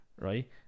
right